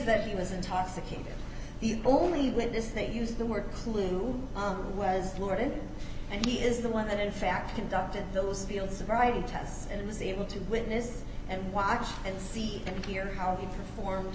that he was intoxicated the only witness that use the word clue was florida and he is the one that in fact conducted those field sobriety tests and was able to witness and watch and see and hear how he perform